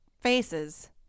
faces